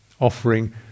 offering